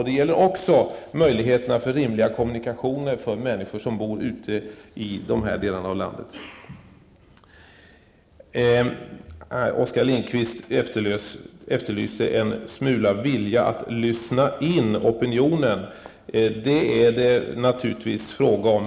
Det gäller också möjligheterna till rimliga kommunikationer för människor som bor ute i landet. Oskar Lindkvist efterlyste en smula vilja att lyssna in opinionen. Det är det naturligtvis fråga om.